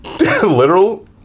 Literal